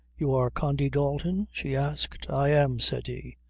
you are condy dalton? she asked. i am, said he.